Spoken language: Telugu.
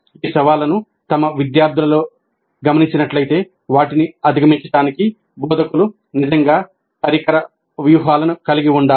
ఈ సవాళ్లను తమ విద్యార్థులలో గమనించినట్లయితే వాటిని అధిగమించడానికి బోధకులు నిజంగా పరికర వ్యూహాలను కలిగి ఉండాలి